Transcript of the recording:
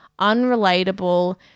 unrelatable